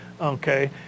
okay